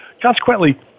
Consequently